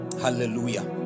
hallelujah